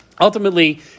Ultimately